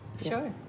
Sure